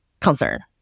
concern